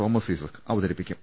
Thomas Isaac അവതരിപ്പിക്കും